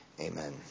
Amen